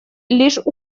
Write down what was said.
лишь